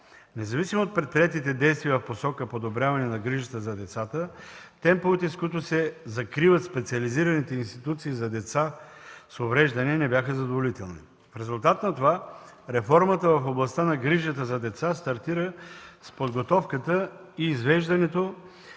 Независимо от предприетите действия в посока подобряване на грижата за децата, темповете, с които се закриват специализираните институции за деца с увреждания, не бяха задоволителни. В резултат на това реформата в областта на грижите за деца стартира с подготовката и извеждането